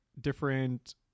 different